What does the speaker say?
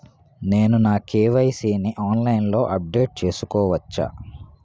నేను నా కే.వై.సీ ని ఆన్లైన్ లో అప్డేట్ చేసుకోవచ్చా?